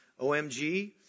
OMG